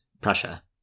Prussia